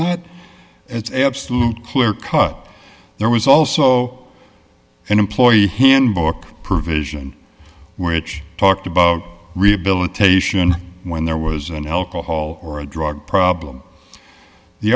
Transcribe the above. not it's absolutely clear cut there was also an employee handbook provision which talked about rehabilitation when there was an alcohol or a drug problem the